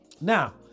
Now